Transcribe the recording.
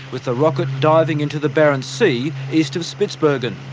with the rocket diving into the barents sea east of spitsbergen.